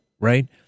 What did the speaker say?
right